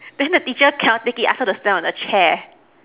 then the teacher cannot take it ask her to stand on the chair